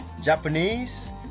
Japanese